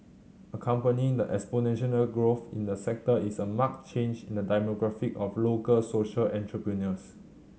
accompanying the exponential growth in the sector is a marked change in the demographic of local social entrepreneurs